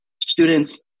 students